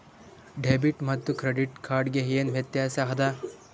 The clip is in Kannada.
ಡೆಬಿಟ್ ಮತ್ತ ಕ್ರೆಡಿಟ್ ಕಾರ್ಡ್ ಗೆ ಏನ ವ್ಯತ್ಯಾಸ ಆದ?